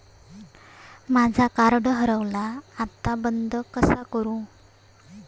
माझा कार्ड हरवला आता बंद कसा करू?